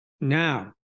Now